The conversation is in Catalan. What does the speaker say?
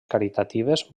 caritatives